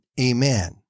Amen